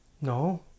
no